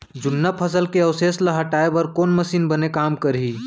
जुन्ना फसल के अवशेष ला हटाए बर कोन मशीन बने काम करही?